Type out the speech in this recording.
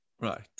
right